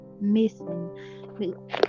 missing